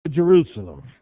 Jerusalem